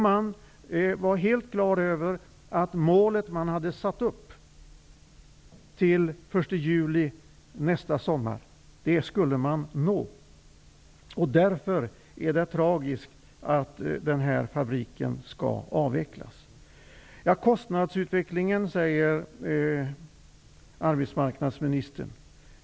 Man var helt på det klara med att man skulle uppnå det mål man hade satt upp till den 1 juli nästa år. Därför är det tragiskt att den här fabriken skall avveklas. Arbetsmarknadsministern talar om kostnadsutvecklingen.